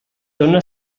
dóna